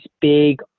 big